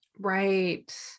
Right